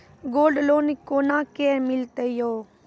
Gold loan कोना के मिलते यो?